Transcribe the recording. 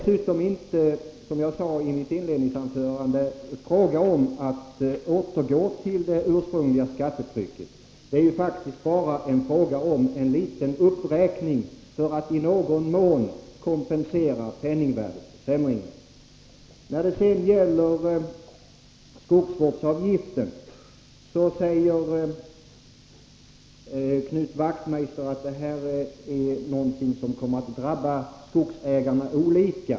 Som jag sade i mitt inledningsanförande är det dessutom inte fråga om att återgå till det ursprungliga skattetrycket utan bara fråga om en liten uppräkning för att i någon mån kompensera penningvärdeförsämringen. När det sedan gäller skogsvårdsavgiften säger Knut Wachtmeister att den kommer att drabba skogsägarna olika.